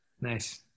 Nice